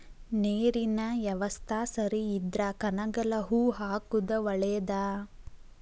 ನೇರಿನ ಯವಸ್ತಾ ಸರಿ ಇದ್ರ ಕನಗಲ ಹೂ ಹಾಕುದ ಒಳೇದ